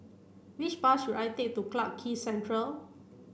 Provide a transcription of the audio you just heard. which bus should I take to Clarke Quay Central